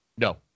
No